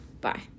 bye